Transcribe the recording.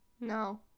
No